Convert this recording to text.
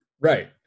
Right